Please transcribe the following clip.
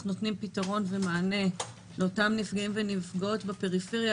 נותנים פתרון ומענה לאותם נפגעים ונפגעות בפריפריה,